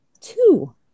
two